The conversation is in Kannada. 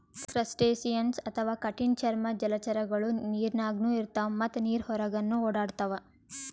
ಕ್ರಸ್ಟಸಿಯನ್ಸ್ ಅಥವಾ ಕಠಿಣ್ ಚರ್ಮದ್ದ್ ಜಲಚರಗೊಳು ನೀರಿನಾಗ್ನು ಇರ್ತವ್ ಮತ್ತ್ ನೀರ್ ಹೊರಗನ್ನು ಓಡಾಡ್ತವಾ